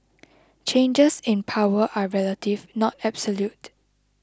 changes in power are relative not absolute